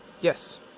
Yes